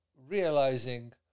realizing